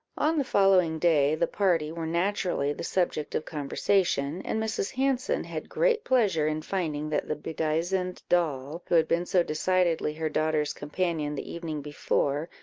on the following day, the party were naturally the subject of conversation, and mrs. hanson had great pleasure in finding that the bedizened doll, who had been so decidedly her daughter's companion the evening before,